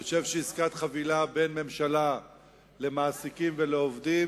אני חושב שעסקת חבילה בין ממשלה למעסיקים ולעובדים